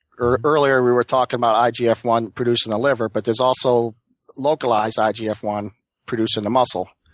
earlier we were talking about i g f one produced in the liver, but there's also localized i g f one produced in the muscle,